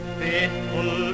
faithful